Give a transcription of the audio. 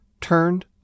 turned